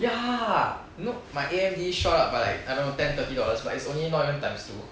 ya you know my A_M_D shot up by like I don't know ten thirty dollars but it's only not even times two